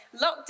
Lockdown